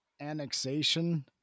annexation